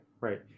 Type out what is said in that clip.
Right